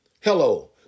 Hello